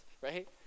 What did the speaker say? right